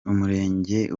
umurenge